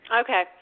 Okay